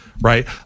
Right